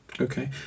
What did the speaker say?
okay